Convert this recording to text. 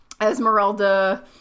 esmeralda